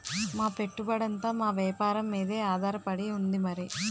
మా పెట్టుబడంతా మా వేపారం మీదే ఆధారపడి ఉంది మరి